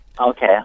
okay